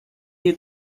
you